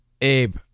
abe